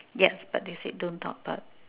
yes but they say don't talk but